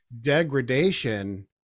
degradation